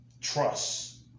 trust